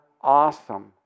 awesome